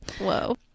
whoa